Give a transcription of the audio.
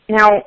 Now